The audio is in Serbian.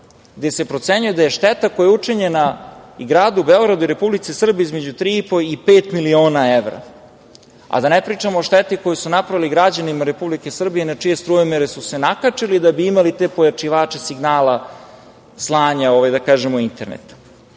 gde se procenjuje da je šteta koja je učinjena i Gradu Beogradu i Republici Srbiji između 3,5 i 5 miliona evra, a da ne pričamo o šteti koju su napravili građanima Republike Srbije na čije strujomere su se nakačili da bi imali te pojačivače signala slanja interneta. Eto,